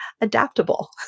adaptable